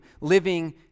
living